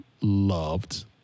loved